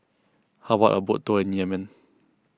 how about a boat tour in Yemen